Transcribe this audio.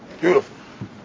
Beautiful